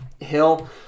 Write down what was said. Hill